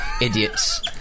idiots